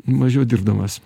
mažiau dirbdamas